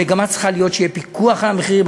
המגמה צריכה להיות שיהיה פיקוח על המחירים.